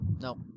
No